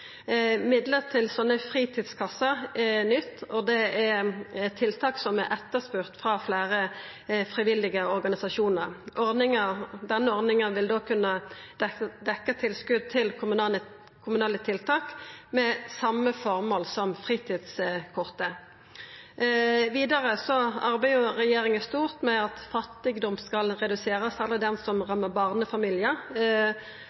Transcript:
det er tiltak som er etterspurde frå fleire frivillige organisasjonar. Denne ordninga vil da kunna dekkja tilskot til kommunale tiltak med same formål som fritidskortet. Vidare arbeider regjeringa stort med at fattigdom skal reduserast, særleg den som